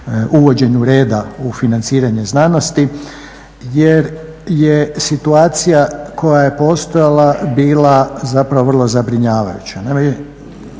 uvođenju reda u financiranje znanosti jer je situacija koja je postojala bila zapravo vrlo zabrinjavajuća.